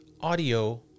audio